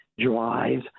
drive